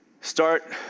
start